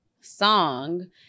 song